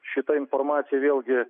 šita informacija vėlgi